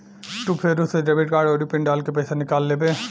तू फेरू से डेबिट कार्ड आउरी पिन डाल के पइसा निकाल लेबे